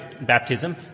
baptism